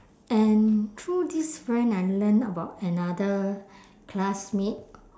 and through this friend I learn about another classmate